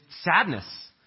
sadness